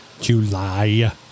July